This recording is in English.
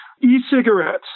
E-cigarettes